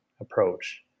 approach